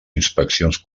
inspeccions